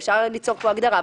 ואפשר ליצור פה הגדרה.